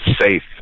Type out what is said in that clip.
safe